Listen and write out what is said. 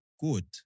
good